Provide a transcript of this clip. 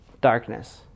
darkness